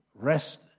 rest